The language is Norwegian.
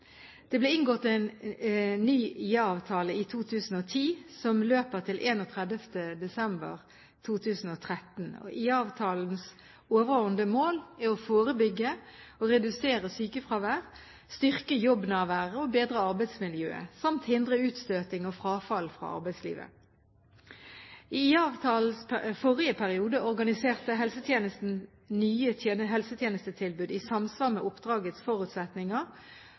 Det ble inngått ny IA-avtale i 2010, som løper til 31. desember 2013. IA-avtalens overordnede mål er å forebygge og redusere sykefravær, styrke jobbnærværet og bedre arbeidsmiljøet samt hindre utstøting og frafall fra arbeidslivet. I IA-avtalens forrige periode organiserte helsetjenesten nye helsetjenestetilbud i samsvar med oppdragets forutsetninger